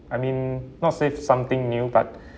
I mean not say something new but